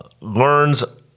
learns